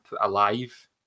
Alive